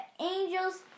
Angels